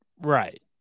Right